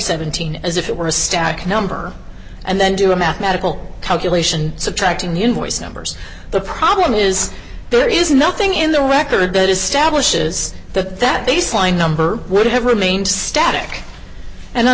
seventeen as if it were a stack number and then do a mathematical calculation subtracting the invoice numbers the problem is there is nothing in the record that establishes that that baseline number would have remained static and on